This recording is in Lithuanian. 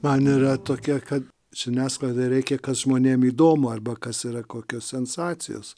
man yra tokia kad žiniasklaidai reikia kad žmonėm įdomu arba kas yra kokios sensacijos